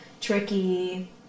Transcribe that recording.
Tricky